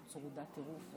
אני צרודה בטירוף.